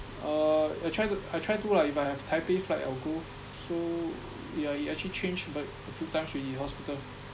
uh I try to I try to lah if I have Taipei flight I will go so yeah he actually changed like a few times already hospital